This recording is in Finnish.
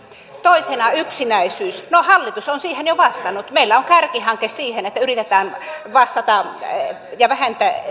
toisena yksinäisyys no hallitus on siihen jo vastannut meillä on kärkihanke siihen että yritetään vastata siihen ja vähentää